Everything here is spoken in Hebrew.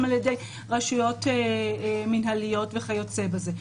על-ידי רשויות מינהליות וכיוצא בזה,